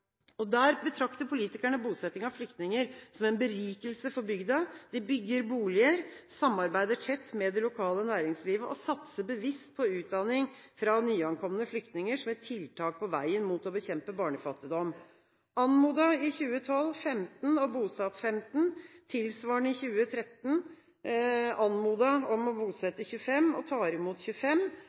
årene. Der betrakter politikerne bosettingen av flyktninger som en berikelse for bygda. De bygger boliger, samarbeider tett med det lokale næringslivet og satser bevisst på utdanning for nyankomne flytninger som et tiltak på veien mot å bekjempe barnefattigdom. De ble i 2012 anmodet om å bosette 15 personer, og 15 ble bosatt. Tilsvarende i 2013: De ble anmodet om å bosette 25, og tar imot 25.